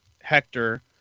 Hector